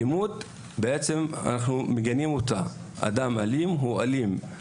אנחנו מגנים את האלימות, אדם אלים הוא אלים.